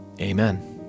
Amen